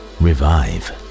revive